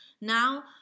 now